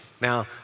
Now